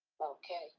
Okay